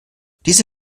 diese